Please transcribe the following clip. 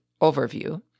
overview